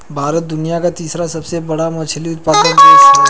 भारत दुनिया का तीसरा सबसे बड़ा मछली उत्पादक देश है